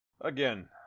Again